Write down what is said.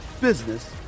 business